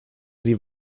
sie